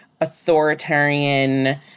authoritarian